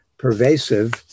pervasive